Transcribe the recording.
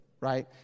right